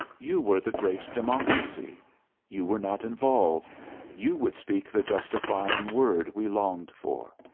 you were the great democracy you were not involved you would speak the justifying word we longed for.